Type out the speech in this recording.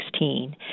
2016